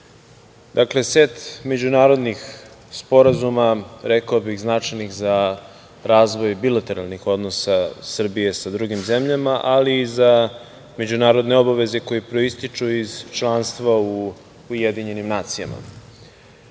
dakle set međunarodnih sporazuma, rekao bih značajnih za razvoj bilateralnih odnosa Srbije sa drugim zemljama, ali i za međunarodne obaveze koje proističu iz članstva u UN.Prvi Sporazum